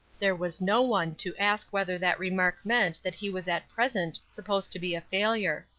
there was no one to ask whether that remark meant that he was at present supposed to be a failure.